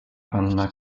panna